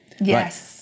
Yes